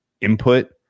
input